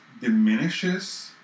diminishes